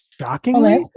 shockingly